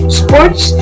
sports